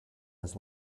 his